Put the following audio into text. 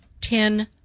ten